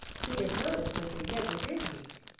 he had noticed that they never did meet.